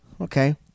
Okay